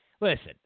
listen